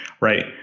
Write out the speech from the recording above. Right